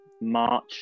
March